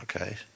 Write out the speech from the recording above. Okay